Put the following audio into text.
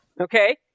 Okay